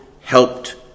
Helped